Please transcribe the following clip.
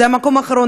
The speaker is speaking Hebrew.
המקום האחרון.